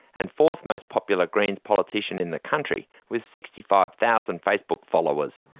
and fourth most popular greens politician in the country, with sixty five thousand facebook followers.